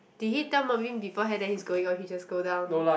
did he tell Melvin beforehand that he's going or he just go down